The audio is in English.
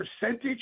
percentage